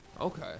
Okay